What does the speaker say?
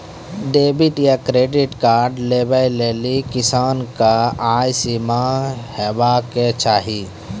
Debit या credit card लेवाक लेल किसानक आय सीमा की हेवाक चाही?